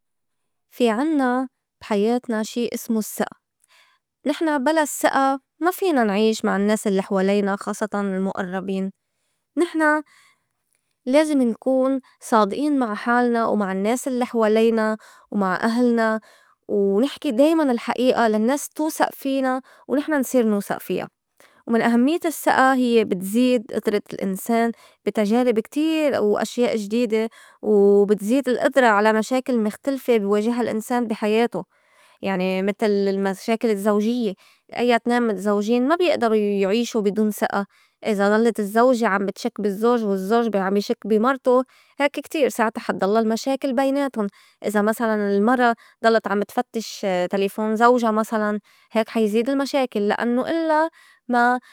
في عنّا بحياتنا شي إسمو السّئة نحن بلا الثقة ما فينا نعيش مع النّاس الّي حولينا خاصّتاً المُقرّبين نحن لازم نكون صادقين مع حالنا ومع النّاس الّي حوالينا ومع أهلنا ونحكي دايماً الحقيقة للنّاس توسئ فينا ونحن نصير نوسئ فيا، ومن أهميّة الثقة هيّ بتزيد إدرة الإنسان بي تجارُب كتير و أشياء جديدة و بتزيد القدرة على مشاكل مختلفة بي واجها الإنسان بي حياته يعني متل المشاكل الزوجيّة أيّا تنين متزوجين ما بيئدرو يعيشوا بي دون ثقة إذا ضلّت الزّوجة عم بتشك بالزّوج والزّوج عم بي شك بي مرتو هيك كتير ساعتا حضلّا المشاكل بيناتُن إذا مسلاً المرا ضلّت عم تفتّش تلفون زوجا مسلاً هيك حا يزيد المشاكل لأنوا إلّا ما.